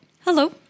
Hello